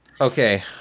Okay